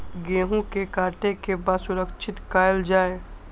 गेहूँ के काटे के बाद सुरक्षित कायल जाय?